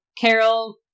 Carol